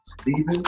Steven